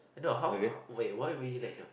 no how wait why were you late though